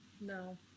No